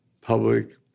public